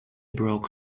broke